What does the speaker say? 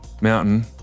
mountain